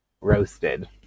Roasted